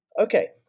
Okay